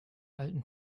alten